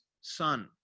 son